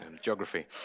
geography